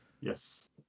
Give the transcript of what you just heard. yes